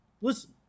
Listen